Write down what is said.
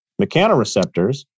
mechanoreceptors